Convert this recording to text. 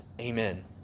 Amen